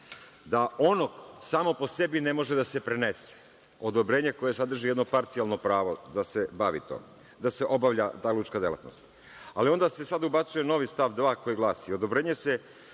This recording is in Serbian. da ono samo po sebi ne može da se prenese, odobrenje koje sadrži jedno parcijalno pravo da se obavlja ta lučka delatnost, ali onda se sad ubacuje novi stav 2. koji glasi – odobrenja se